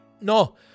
No